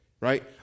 right